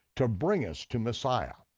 to bring us to messiah,